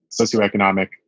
socioeconomic